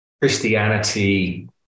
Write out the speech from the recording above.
Christianity